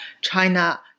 China